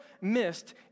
missed